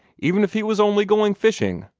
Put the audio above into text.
even if he was only going fishing.